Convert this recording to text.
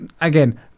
again